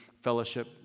fellowship